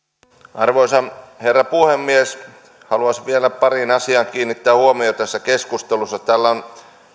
arvoisa herra puhemies haluaisin vielä pariin asiaan kiinnittää huomiota tässä keskustelussa täällä on